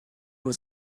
was